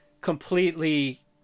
completely